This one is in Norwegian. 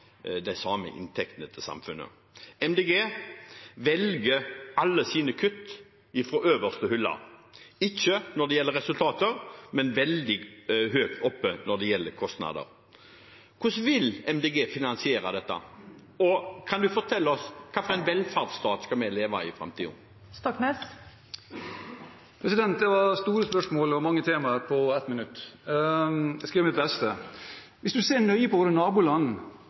de samme inntektene til samfunnet. Miljøpartiet De Grønne velger alle sine kutt på øverste hylle – ikke når det gjelder resultater, men veldig høyt oppe når det gjelder kostnader. Hvordan vil Miljøpartiet De Grønne finansiere dette, og kan representanten fortelle oss hva slags velferdsstat vi skal leve i i framtiden? Det var store spørsmål og mange tema på 1 minutt. Jeg skal gjøre mitt beste. Hvis vi ser nøye på våre naboland,